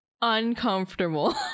uncomfortable